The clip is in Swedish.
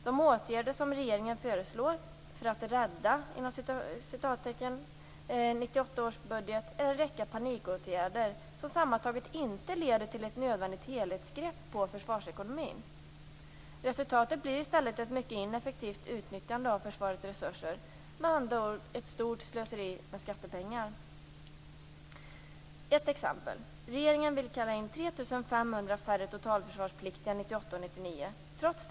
De åtgärder som regeringen föreslår för att "rädda" 1998 års budget är en räcka panikåtgärder som sammantaget inte leder till ett nödvändigt helhetsgrepp på försvarsekonomin. Resultatet blir i stället ett mycket ineffektivt utnyttjande av försvarets resurser - med andra ord: ett stort slöseri med skattepengar. Ett exempel: Regeringen vill kalla in 3 500 färre totalförsvarspliktiga 1998 och 1999.